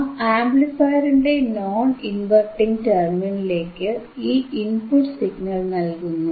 നാം ആംപ്ലിഫയറിന്റെ non inverting ടെർമിനലിലേക്ക് ഈ ഇൻപുട്ട് സിഗ്നൽ നൽകുന്നു